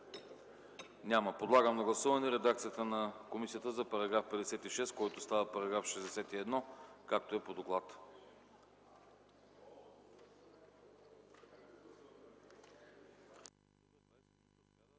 Няма. Подлагам на гласуване редакцията на комисията за § 70, който става § 76, както е по доклада.